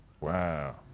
Wow